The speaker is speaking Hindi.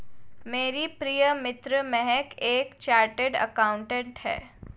मेरी प्रिय मित्र महक एक चार्टर्ड अकाउंटेंट है